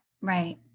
right